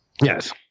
yes